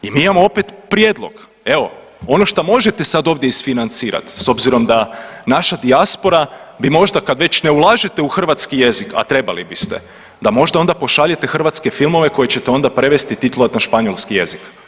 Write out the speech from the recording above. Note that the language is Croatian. I imamo opet prijedlog, evo ono što možete ovdje isfinancirati s obzirom da naša dijaspora bi možda kad već ne ulažete u hrvatski jezik, a trebali biste, da možda onda pošalje hrvatske filmove koje ćete onda prevesti i titlovati na španjolski jezik.